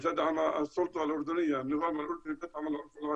הנשענים על דת האסלאם וכן על החוק כמובן.